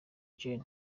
gen